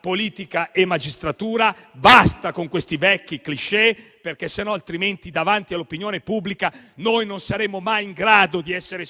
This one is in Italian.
politica e magistratura; basta con questi vecchi *cliché*, perché altrimenti davanti all'opinione pubblica non saremo mai più in grado di essere